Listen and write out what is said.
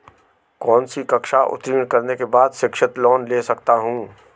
कौनसी कक्षा उत्तीर्ण करने के बाद शिक्षित लोंन ले सकता हूं?